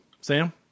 Sam